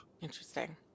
Interesting